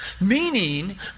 Meaning